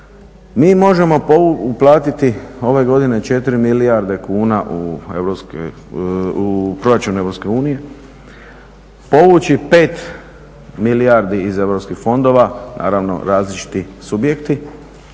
Mi možemo uplatiti ove godine 4 milijarde kuna u proračun EU, povući 5 milijardi iz europskih fondova, naravno, različiti subjekti,